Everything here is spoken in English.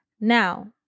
Now